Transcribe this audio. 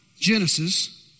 Genesis